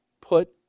put